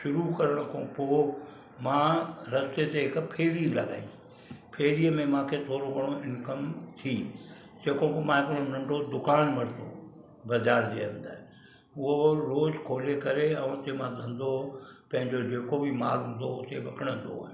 शुरू करण खां पोइ मां रस्ते ते हिकु फेरी लॻाई फेरीअ में मूंखे थोरो घणो इंकम थी जेको पोइ मां हिकिड़ो नंढो दुकानु वरितो बाज़ारि जे अंदरि उहो रोज खोले करे और उते मां धंधो पंहिंजो जेको बि माल हूंदो हुते विकिणंदो आहियां